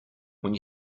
when